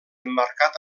emmarcat